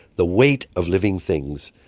the weight of living things,